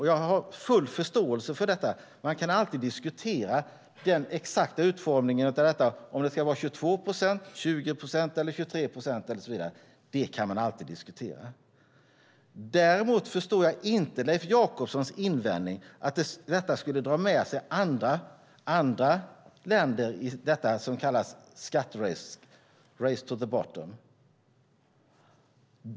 Jag har full förståelse för detta. Man kan alltid diskutera den exakta utformningen av detta - om det ska vara 22 procent, 20 procent eller 23 procent och så vidare. Däremot förstår jag inte Leif Jakobssons invändning att detta skulle dra med sig andra länder i det som kallas skatternas race to the bottom.